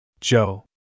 Joe